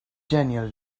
genial